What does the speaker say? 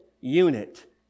unit